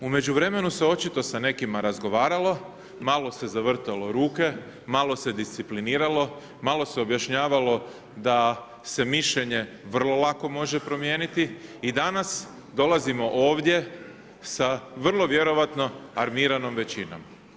U međuvremenu se očito sa nekima razgovaralo, malo se zavrtalo ruke, malo se discipliniralo, malo se objašnjavalo da se mišljenje vrlo lako može promijeniti i danas dolazimo ovdje sa vrlo vjerojatno armiranom većinom.